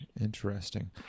Interesting